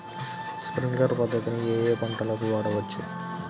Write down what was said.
Sprinkler పద్ధతిని ఏ ఏ పంటలకు వాడవచ్చు?